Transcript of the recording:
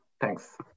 thanks